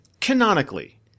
canonically